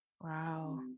Wow